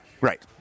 Right